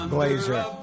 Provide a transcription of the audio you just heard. Glazer